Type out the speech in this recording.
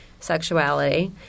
sexuality